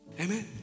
Amen